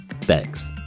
Thanks